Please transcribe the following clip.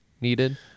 needed